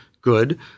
good